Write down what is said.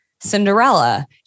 Cinderella